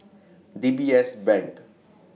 D B S Bank